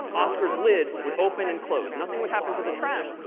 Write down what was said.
oscar's lid would open and close. nothing would happen to the trash,